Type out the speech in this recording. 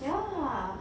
ya